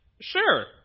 sure